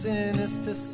Sinister